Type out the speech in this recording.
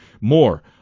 more